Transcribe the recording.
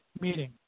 meeting